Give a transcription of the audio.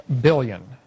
billion